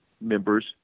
members